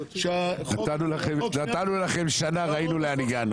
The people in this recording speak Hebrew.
נתנו לכם שנה וראינו לאן הגענו.